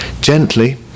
Gently